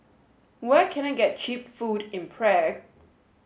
where can I get cheap food in Prague